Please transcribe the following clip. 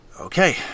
Okay